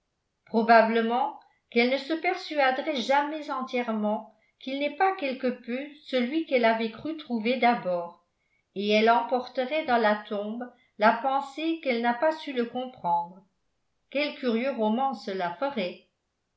probablement qu'elle ne se persuaderait jamais entièrement qu'il n'est pas quelque peu celui qu'elle avait cru trouver d'abord et elle emporterait dans la tombe la pensée qu'elle n'a pas su le comprendre quel curieux roman cela ferait